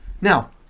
Now